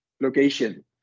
location